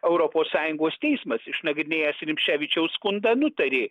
europos sąjungos teismas išnagrinėjęs rimšėvičiaus skundą nutarė